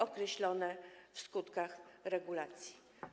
określone w skutkach regulacji.